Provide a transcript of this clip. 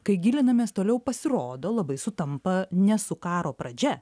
kai gilinamės toliau pasirodo labai sutampa ne su karo pradžia